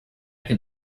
can